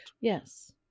Yes